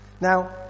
now